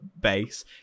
base